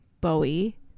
Bowie